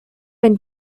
when